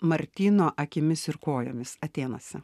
martyno akimis ir kojomis atėnuose